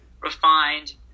refined